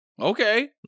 Okay